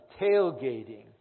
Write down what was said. tailgating